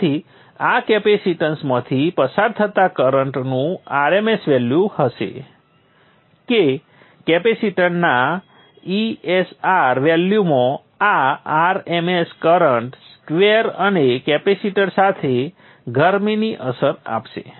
તેથી આ કેપેસીટન્સમાંથી પસાર થતા કરંટનું rms વેલ્યુ હશે કે કેપેસિટરના ESR વેલ્યુમાં આ r m s current square તમને કેપેસિટર સાથે ગરમીની અસર આપશે